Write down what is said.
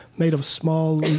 made of small,